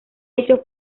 hecho